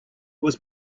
was